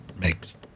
Makes